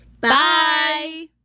Bye